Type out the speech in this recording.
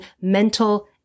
Mental